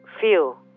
feel